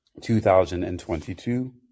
2022